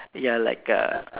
ya like a